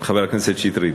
חבר הכנסת שטרית,